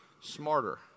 smarter